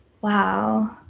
Wow